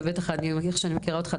ואיך שאני מכירה אותך,